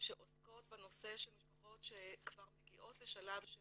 שעוסקות בנושא של משפחות שכבר מגיעות לשלב של